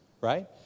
right